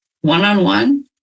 one-on-one